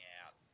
out